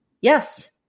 Yes